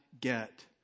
get